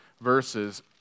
verses